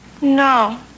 No